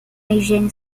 higiene